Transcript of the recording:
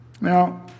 Now